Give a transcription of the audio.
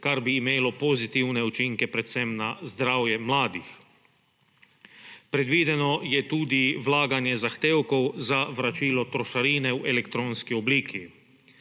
kar bi imelo pozitivne učinke predvsem na zdravje mladih. Predvideno je tudi vlaganje zahtevkov za vračilo trošarine v elektronski obliki.